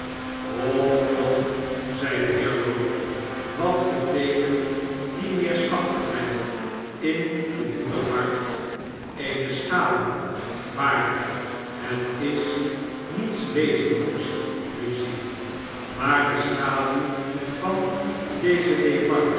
kom kom zei de heer lorry wat beteekent die neerslachtigheid in uw moedig hart eene schaduw waarljjk het is niets wezenljjks lucie maar de schaduw van deze